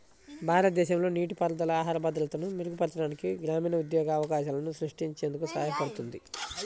భారతదేశంలో నీటిపారుదల ఆహార భద్రతను మెరుగుపరచడానికి, గ్రామీణ ఉద్యోగ అవకాశాలను సృష్టించేందుకు సహాయపడుతుంది